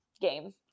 game